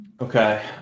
okay